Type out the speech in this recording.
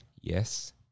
Yes